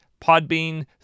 Podbean